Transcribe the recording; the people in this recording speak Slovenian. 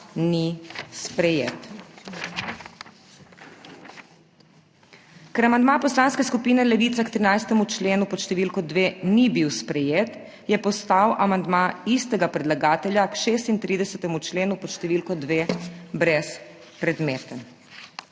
ni sprejet. Ker amandma Poslanske skupine Levica k 13. členu pod številko 2. ni bil sprejet, je postal amandma istega predlagatelja k 36. členu pod številko 2 brezpredmeten.